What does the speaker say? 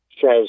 Says